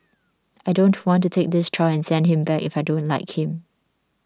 I don't want to take this child and send him back if I don't like him